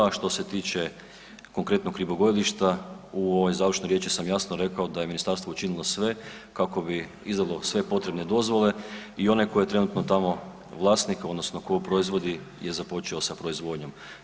A što se tiče konkretnog ribogojilišta, u ovoj završnoj riječi sam jasno rekao da je ministarstvo učinilo sve kako bi izdalo sve potrebne dozvole i onaj ko je trenutno tamo vlasnik odnosno ko proizvodi je započeo sa proizvodnjom.